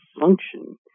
function